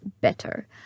better